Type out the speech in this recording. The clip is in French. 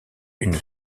une